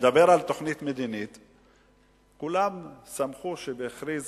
שמדבר על תוכנית מדינית, וכולם שמחו שהוא הכריז